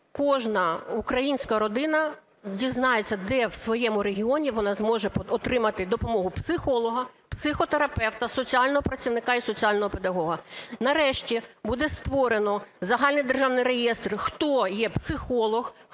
кожна українська родина дізнається, де в своєму регіоні вона зможе отримати допомогу психолога, психотерапевта, соціального працівника і соціального педагога. Нарешті буде створено загальний державний реєстр, хто є психолог,